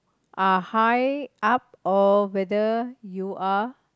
are high up or whether you are